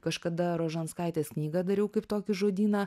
kažkada rožanskaitės knygą dariau kaip tokį žodyną